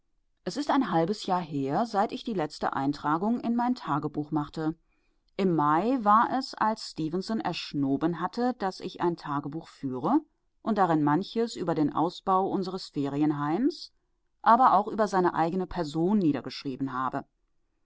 es ist ein halbes jahr her seit ich die letzte eintragung in mein tagebuch machte im mai war es als stefenson erschnoben hatte daß ich ein tagebuch führe und darin manches über den ausbau unseres ferienheims aber auch über seine eigene person niedergeschrieben habe